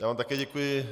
Já vám také děkuji.